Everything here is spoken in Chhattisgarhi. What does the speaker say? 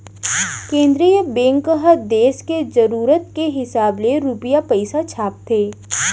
केंद्रीय बेंक ह देस के जरूरत के हिसाब ले रूपिया पइसा छापथे